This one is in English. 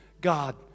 God